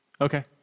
Okay